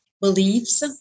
beliefs